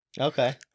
Okay